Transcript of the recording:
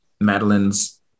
madeline's